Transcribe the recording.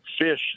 fish